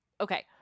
Okay